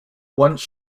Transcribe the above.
once